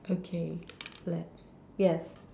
okay let's yes